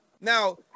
Now